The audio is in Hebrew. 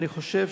אני חושב